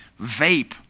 vape